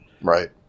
Right